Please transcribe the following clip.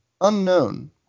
Unknown